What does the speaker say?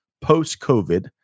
post-COVID